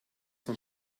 von